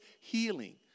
healing